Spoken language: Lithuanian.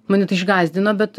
mane tai išgąsdino bet